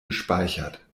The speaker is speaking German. gespeichert